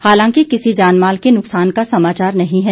हालांकि किसी जानमाल के नुकसान का समाचार नहीं है